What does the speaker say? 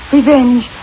Revenge